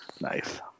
nice